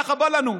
ככה בא לנו.